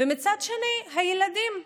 ומצד שני הילדים,